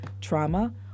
trauma